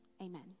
Amen